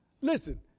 Listen